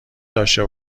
داشه